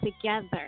together